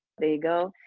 there you go.